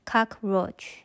Cockroach